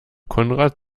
konrad